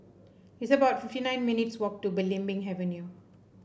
it's about fifty nine minutes' walk to Belimbing Avenue